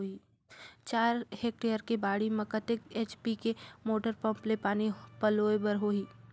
चार हेक्टेयर के बाड़ी म कतेक एच.पी के मोटर पम्म ले पानी पलोय बर होही?